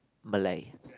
Malay